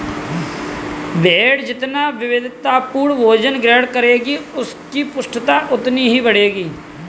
भेंड़ जितना विविधतापूर्ण भोजन ग्रहण करेगी, उसकी पुष्टता उतनी ही बढ़ेगी